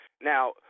Now